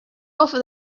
offer